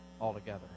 altogether